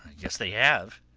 yes, they have.